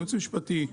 יועץ משפטי,